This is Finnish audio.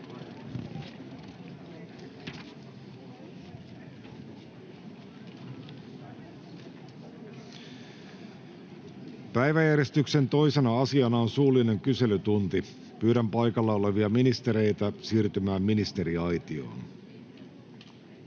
Päiväjärjestyksen 2. asiana on suullinen kyselytunti. Pyydän paikalla olevia ministereitä siirtymään ministeriaitioon.